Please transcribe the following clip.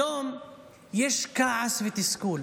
היום יש כעס ותסכול.